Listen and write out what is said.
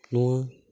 ᱱᱚᱣᱟ